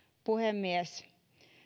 puhemies